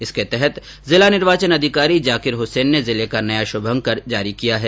इसके तहत जिला निर्वाचन अधिकारी जाकिर हसेन ने जिले का नया श्रभकर जारी किया है